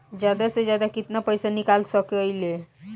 जादा से जादा कितना पैसा निकाल सकईले?